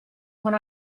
con